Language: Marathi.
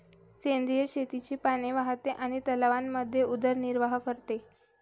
सेंद्रिय शेतीचे पाणी वाहते आणि तलावांमध्ये उदरनिर्वाह करते